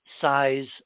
size